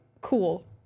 cool